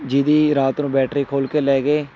ਜਿਹਦੀ ਰਾਤ ਨੂੰ ਬੈਟਰੀ ਖੋਲ੍ਹ ਕੇ ਲੈ ਗਏ